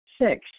Six